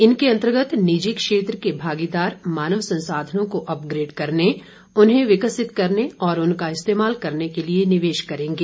इनके अंतर्गत निजी क्षेत्र के भागीदार मानव संसाधनों को अपग्रेड करने उन्हें विकसित करने और उनका इस्तेमाल करने के लिए निवेश करेंगे